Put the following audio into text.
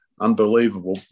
unbelievable